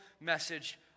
message